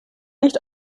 nicht